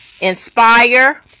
inspire